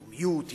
לאומיות, עבריות,